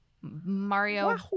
Mario